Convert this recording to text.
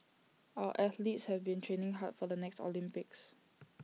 our athletes have been training hard for the next Olympics